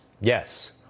Yes